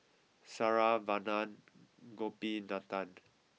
Saravanan Gopinathan